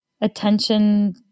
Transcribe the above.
attention